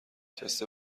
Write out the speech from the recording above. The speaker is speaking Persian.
تست